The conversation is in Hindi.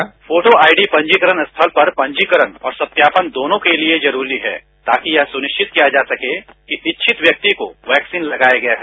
उत्तर फोटो आईडी पंजीकरण स्थल पर पंजीकरण और सत्यापन दोनों के लिए जरूरी है ताकि यह सुनिश्चत किया जा सके कि इच्छित व्यक्ति को वैक्सीन लगाया गया है